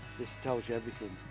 this tells you everything,